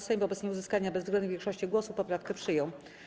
Sejm wobec nieuzyskania bezwzględnej większości głosów poprawkę przyjął.